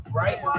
right